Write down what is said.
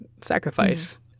sacrifice